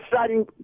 sudden